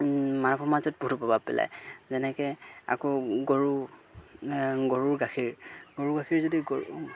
মাকৰ মাজত বহুতো প্ৰভাৱ পেলায় যেনেকৈ আকৌ গৰু গৰুৰ গাখীৰ গৰু গাখীৰ যদি গৰু